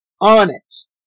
onyx